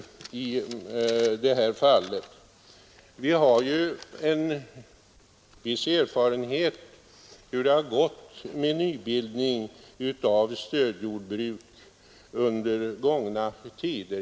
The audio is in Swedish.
Vi har ju en viss erfarenhet av hur det under gångna tider har gått med nybildning av stödjordbruk.